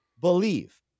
believe